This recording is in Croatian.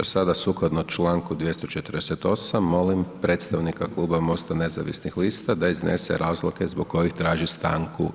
A sada sukladno članku 248. molim predstavnika Kluba MOST-a nezavisnih lista da iznese razloge zbog kojih traži stanku.